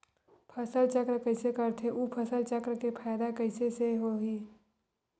फसल चक्र कइसे करथे उ फसल चक्र के फ़ायदा कइसे से होही?